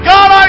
God